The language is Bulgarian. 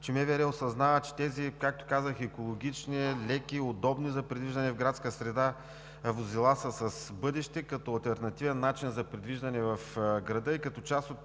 че МВР осъзнава, че тези, както казах, екологични, леки, удобни за придвижване в градска среда возила са с бъдеще като алтернативен начин за придвижване в града и като част от